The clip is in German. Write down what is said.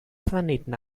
planeten